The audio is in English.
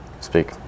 speak